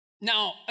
Now